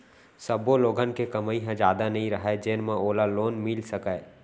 सब्बो लोगन के कमई ह जादा नइ रहय जेन म ओला लोन मिल सकय